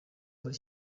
muri